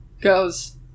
goes